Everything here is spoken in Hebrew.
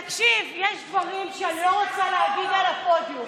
תקשיב, יש דברים שאני לא רוצה להגיד על הפודיום.